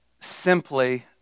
simply